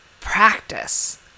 practice